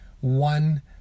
one